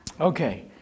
Okay